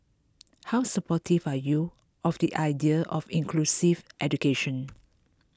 how supportive are you of the idea of inclusive education